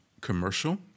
commercial